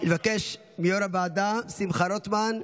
נבקש מיו"ר הוועדה, שמחה רוטמן,